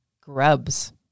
grubs